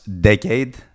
decade